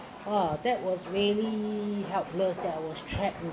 ah that was really helpless that was trapped